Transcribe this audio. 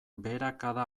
beherakada